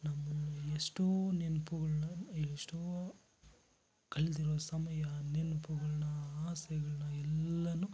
ನಮ್ಮನ್ನು ಎಷ್ಟೋ ನೆನಪುಗಳ್ನ ಎಷ್ಟೋ ಕಳೆದಿರುವ ಸಮಯ ನೆನಪುಗಳ್ನ ಆಸೆಗಳನ್ನ ಎಲ್ಲ